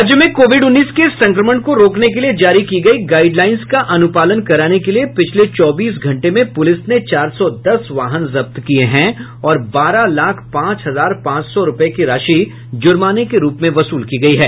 राज्य में कोविड उन्नीस के संक्रमण को रोकने के लिए जारी की गयी गाइडलाइन्स का अनुपालन कराने के लिए पिछले चौबीस घंटे में पूलिस ने चार सौ दस वाहन जब्त किये हैं और बारह लाख पांच हजार पांच सौ रूपये की राशि जुर्माने के रुप में वसूल की है